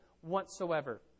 whatsoever